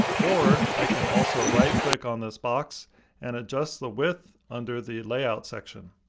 or, i can also right-click on this box and adjust the width under the layout section.